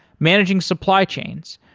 managing supply chains,